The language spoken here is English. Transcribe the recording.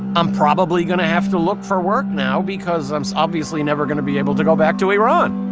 i'm probably going to have to look for work now because i'm obviously never going to be able to go back to iran